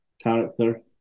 character